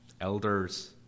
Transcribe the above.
elders